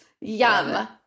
Yum